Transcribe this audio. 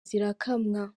zirakamwa